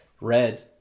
Red